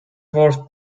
worth